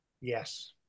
Yes